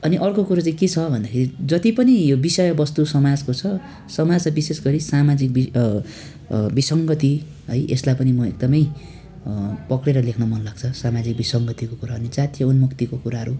अनि अर्को कुरो चाहिँ के छ भन्दाखेरि जति पनि यो विषयवस्तु समाजको छ समाजमा विशेष गरी सामाजिक विसङ्गति है यसलाई पनि म एकदमै पक्रेर लेख्न मन लाग्छ सामाजिक विसङ्गतिको कुरा अनि जातीय उन्मुक्तिका कुराहरू